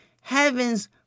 heaven's